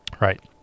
Right